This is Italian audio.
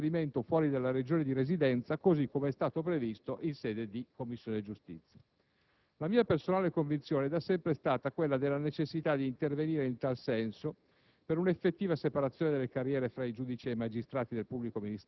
di dover cambiare casa d'abitazione, a causa dell'obbligo di trasferimento fuori della regione di residenza, così come è stato previsto in sede di Commissione giustizia. La mia personale convinzione è da sempre stata quella della necessità di intervenire in tal senso,